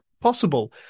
possible